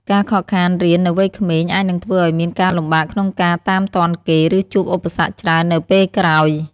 ការខកខានរៀននៅវ័យក្មេង អាចនឹងធ្វើឱ្យមានការលំបាកក្នុងការតាមទាន់គេ ឬជួបឧបសគ្គច្រើននៅពេលក្រោយ ។